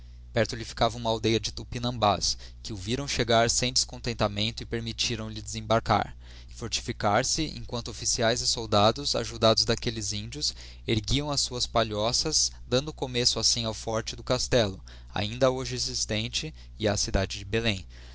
perto lhe ficava uma aldeia de tupinambás que o viram chegar sem descontentamento e permittiram lhe desembarcar e fortificar se emquanto officiaes e soldados ajudados daquelles índios erguiam as suas palhoças dando começo assim ao forte do castello ainda hoje existente e á cidade de belém